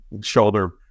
shoulder